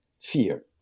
fear